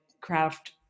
craft